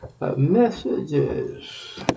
messages